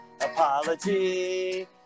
apology